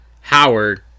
Howard